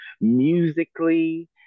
musically